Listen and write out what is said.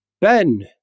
Ben